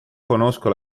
conosco